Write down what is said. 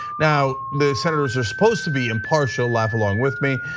now, the senators are supposed to be impartial, laugh along with me.